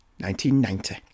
1990